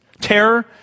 terror